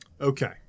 Okay